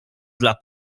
dla